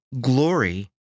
glory